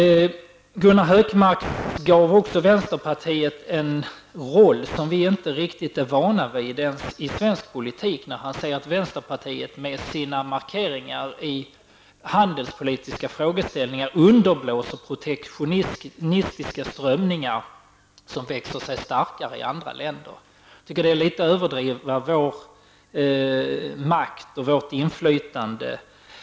Gunnar Hökmark gav också vänsterpartiet en roll som vi inte riktigt är vana vid i svensk politik. Han sade att vänsterpartiet med sina markeringar i handelspolitiska frågeställningar underblåser protektionistiska strömningar som växer sig starka i andra länder. Jag tycker att det är att litet överdriva vår makt och vårt inflytande.